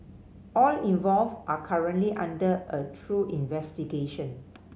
all involved are currently under a through investigation